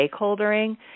stakeholdering